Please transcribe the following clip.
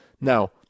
Now